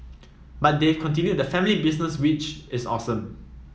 but they've continued the family business which is awesome